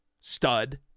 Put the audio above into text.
Stud